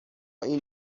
این